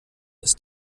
ist